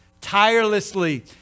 tirelessly